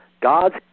God's